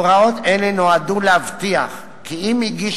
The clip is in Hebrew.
הוראות אלה נועדו להבטיח כי אם הגיש